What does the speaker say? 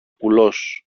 κουλός